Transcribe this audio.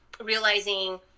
realizing